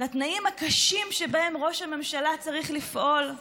לתנאים הקשים שבהם ראש הממשלה צריך לפעול.